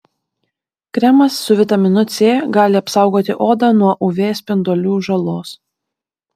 kremas su vitaminu c gali apsaugoti odą nuo uv spindulių žalos